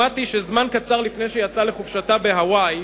שמעתי שזמן קצר לפני שיצאה לחופשתה בהוואי,